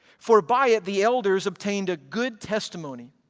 for by it the elders obtained a good testimony.